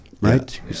right